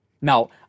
Now